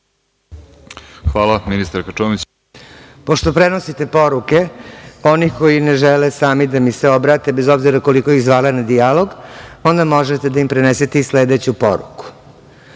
**Gordana Čomić** Pošto prenosite poruke, pa oni koji ne žele sami da mi se obrate, bez obzira koliko iz zvala na dijalog, onda možete da im prenesete i sledeću poruku